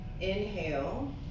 Inhale